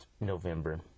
November